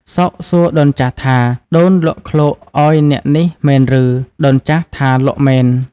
សុខសួរដូនចាស់ថា “ដូនលក់ឃ្លោកឱ្យអ្នកនេះមែនឬ?” ដូនចាស់ថា “លក់មែន”។